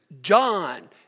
John